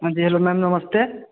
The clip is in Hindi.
हाँ जी हेलो मैम नमस्ते